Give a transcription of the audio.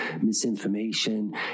misinformation